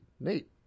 neat